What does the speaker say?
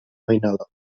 mainada